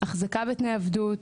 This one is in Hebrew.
החזקה בתנאי עבדות,